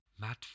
Matt